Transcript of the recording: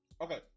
Okay